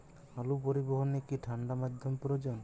আলু পরিবহনে কি ঠাণ্ডা মাধ্যম প্রয়োজন?